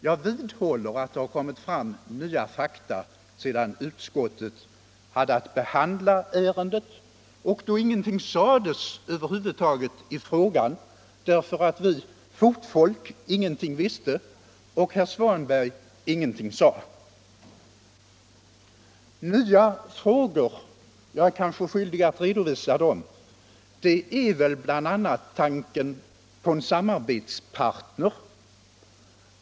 Jag vidhåller att det kommit fram nya fakta sedan utskottet hade att behandla ärendet. Då sades ingenting över huvud taget i frågan därför att vi fotfolk ingenting visste och herr Svanberg ingenting sade. Till de nya frågorna — jag är kanske skyldig att redovisa dem — hör väl bl.a. tanken på en samarbetspartner.